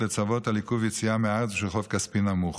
לצוות על עיכוב יציאה מהארץ בשל חוב כספי נמוך).